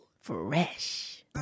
Fresh